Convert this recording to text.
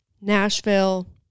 nashville